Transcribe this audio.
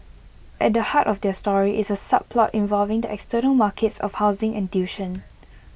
at the heart of their story is A subplot involving the external markets of housing and tuition